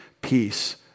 peace